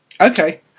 Okay